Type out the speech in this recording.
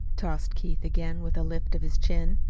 tossed keith again, with a lift of his chin.